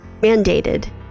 mandated